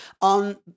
on